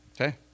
Okay